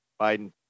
Biden